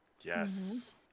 Yes